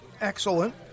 excellent